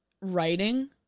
Writing